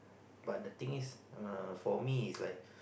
but the thing is err for me is like